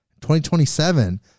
2027